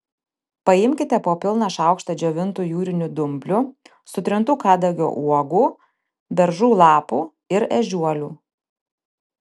paimkite po pilną šaukštą džiovintų jūrinių dumblių sutrintų kadagių uogų beržų lapų ir ežiuolių